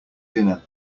dinner